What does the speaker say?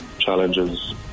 challenges